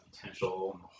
potential